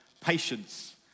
patience